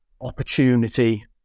opportunity